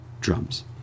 drums